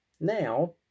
now